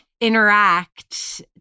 interact